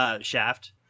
shaft